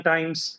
Times